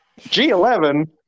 G11